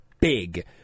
big